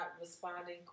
responding